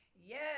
Yes